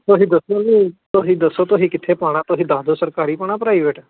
ਤੁਸੀਂ ਦੱਸੋ ਜੀ ਤੁਸੀਂ ਦੱਸੋ ਤੁਸੀਂ ਕਿੱਥੇ ਪਾਉਣਾ ਤੁਸੀਂ ਦੱਸ ਦੋ ਸਰਕਾਰੀ ਪਾਉਣਾ ਪ੍ਰਾਈਵੇਟ